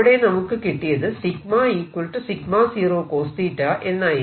അവിടെ നമുക്ക് കിട്ടിയത് 0 എന്നായിരുന്നു